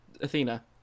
Athena